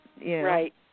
Right